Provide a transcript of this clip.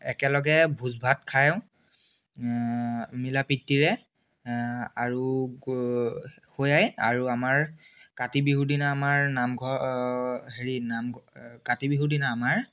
একেলগে ভোজ ভাত খাওঁ মিলা প্ৰিতীৰে আৰু সেয়াই আৰু আমাৰ কাতি বিহুৰ দিনা আমাৰ নামঘ হেৰি নামঘৰ কাতি বিহুৰ দিনা আমাৰ